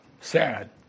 sad